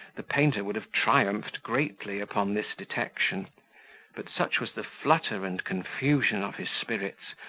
the painter would have triumphed greatly upon this detection but such was the flutter and confusion of his spirits,